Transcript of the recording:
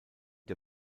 der